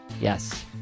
Yes